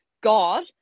god